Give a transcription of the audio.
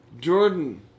Jordan